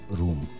room